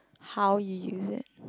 how you use it